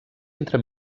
entre